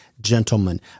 gentlemen